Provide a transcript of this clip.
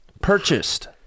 purchased